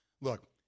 look